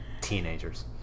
teenagers